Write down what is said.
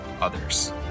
others